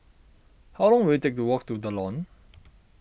how long will it take to walk to the Lawn